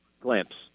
glimpse